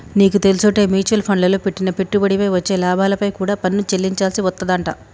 నీకు తెల్సుంటే మ్యూచవల్ ఫండ్లల్లో పెట్టిన పెట్టుబడిపై వచ్చే లాభాలపై కూడా పన్ను చెల్లించాల్సి వత్తదంట